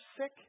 sick